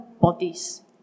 bodies